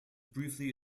briefly